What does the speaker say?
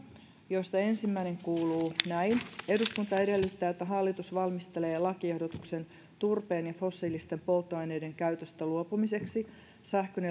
joista ensimmäinen kuuluu näin eduskunta edellyttää että hallitus valmistelee lakiehdotuksen turpeen ja fossiilisten polttoaineiden käytöstä luopumiseksi sähkön